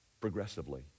progressively